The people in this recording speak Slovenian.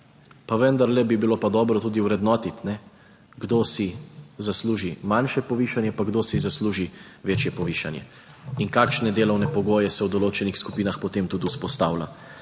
pa vendarle bi bilo pa dobro tudi ovrednotiti kdo si zasluži manjše povišanje pa kdo si zasluži večje povišanje in kakšne delovne pogoje se v določenih skupinah potem tudi vzpostavlja.